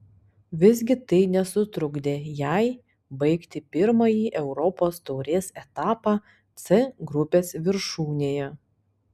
visgi tai nesutrukdė jai baigti pirmąjį europos taurės etapą c grupės viršūnėje